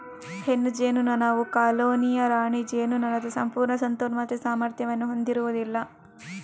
ಹೆಣ್ಣು ಜೇನುನೊಣವು ಕಾಲೋನಿಯ ರಾಣಿ ಜೇನುನೊಣದ ಸಂಪೂರ್ಣ ಸಂತಾನೋತ್ಪತ್ತಿ ಸಾಮರ್ಥ್ಯವನ್ನು ಹೊಂದಿರುವುದಿಲ್ಲ